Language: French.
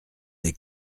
des